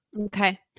Okay